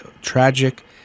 tragic